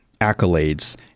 accolades